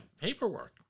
paperwork